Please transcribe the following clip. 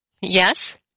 yes